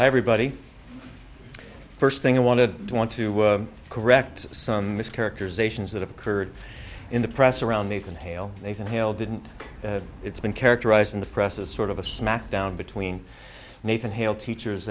everybody first thing i want to want to correct some mischaracterizations that have occurred in the press around nathan hale nathan hale didn't it's been characterized in the press as sort of a smack down between nathan hale teachers